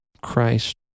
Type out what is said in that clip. christ